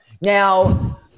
Now